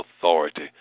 authority